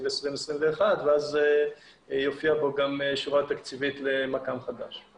2021 ואז תופיע בו גם שורה תקציבית למכ"ם חדש.